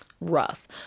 rough